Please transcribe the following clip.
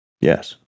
yes